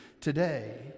today